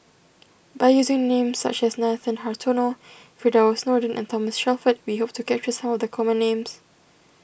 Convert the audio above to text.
by using names such as Nathan Hartono Firdaus Nordin and Thomas Shelford we hope to capture some of the common names